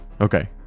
Okay